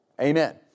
Amen